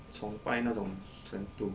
崇拜那种程度